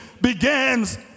begins